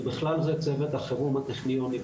ובכלל זה צוות החירום הטכניוני,